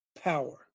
power